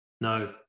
No